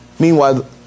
Meanwhile